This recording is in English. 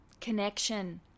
connection